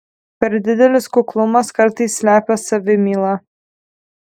per didelis kuklumas kartais slepia savimylą